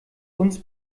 uns